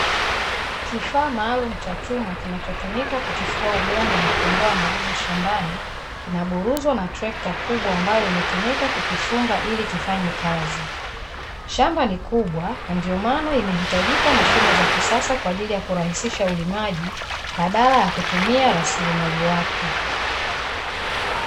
Kifaa maalumu cha chuma kinachotumika kutifua udongo na kuondoa magugu shambani, kinaburuzwa na trekta kubwa ambayo imetumika kukifunga ili kifanye kazi. Shamba ni kubwa ndio maana imehitajika mashine za kisasa kwa ajili ya kurahisisha ulimaji, badala ya kutumia rasilimali watu.